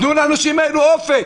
תנו לאנשים האלה אופק.